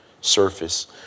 surface